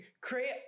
create